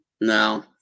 No